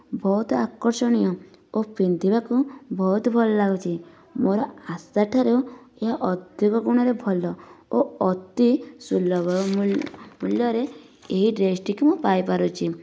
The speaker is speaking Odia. ବହୁତ ଆକର୍ଷଣୀୟ ଓ ପିନ୍ଧିବାକୁ ବହୁତ ଭଲ ଲାଗୁଛି ମୋର ଆଶା ଠାରୁ ଏହା ଅଧିକ ଗୁଣରେ ଭଲ ଓ ଅତି ସୁଲଭ ମୂଲ୍ୟ ମୂଲ୍ୟରେ ଏହି ଡ୍ରେସ ଟିକୁ ମୁଁ ପାଇପାରୁଛି